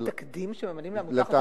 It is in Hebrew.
אין תקדים שממנים לעמותה חשב מלווה?